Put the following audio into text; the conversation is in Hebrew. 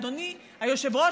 אדוני היושב-ראש,